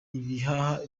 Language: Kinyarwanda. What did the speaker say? ibihaha